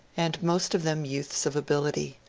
and most of them youths of ability,